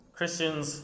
Christians